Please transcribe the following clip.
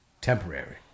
temporary